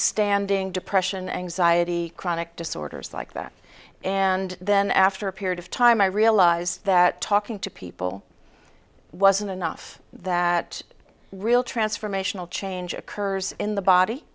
longstanding depression anxiety chronic disorders like that and then after a period of time i realized that talking to people wasn't enough that real transformational change occurs in the body